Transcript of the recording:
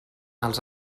els